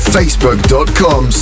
facebook.com